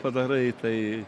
padarai tai